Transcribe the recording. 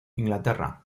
inglaterra